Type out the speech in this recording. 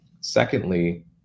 Secondly